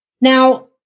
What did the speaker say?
Now